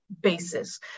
basis